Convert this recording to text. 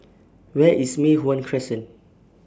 Where IS Mei Hwan Crescent